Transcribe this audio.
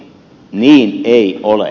niin ei ole